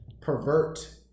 pervert